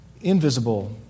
invisible